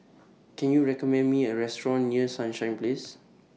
Can YOU recommend Me A Restaurant near Sunshine Place